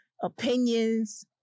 opinions